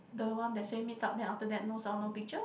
the one that say meet up then after that no sound no picture